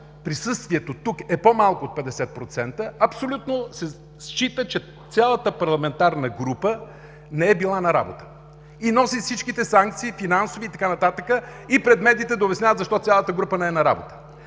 присъствието тук е по-малко от 50% се счита, че цялата парламентарна група не е била на работа и носи всичките санкции – финансови и така нататък, и пред медиите да обясняват защо цялата група не е била на работа.